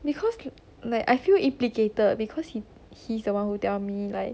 because like I feel implicated because he he's the one who tell me like